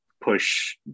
push